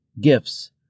gifts